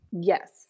Yes